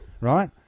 right